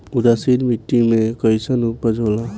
उदासीन मिट्टी में कईसन उपज होला?